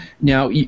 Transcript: now